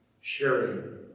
sharing